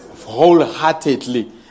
wholeheartedly